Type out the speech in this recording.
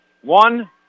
One